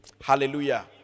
Hallelujah